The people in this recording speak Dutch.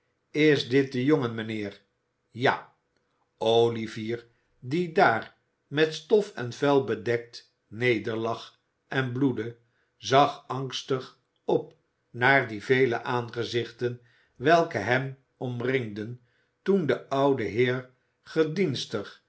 is dit de jongen mijnheer ja olivier die daar met stof en vuil bedekt nederlag en bloedde zag angstig op naar die vele aangezichten welke hem omringden toen de oude heer gedienstig